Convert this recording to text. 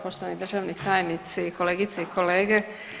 Poštovani državni tajnici, kolegice i kolege.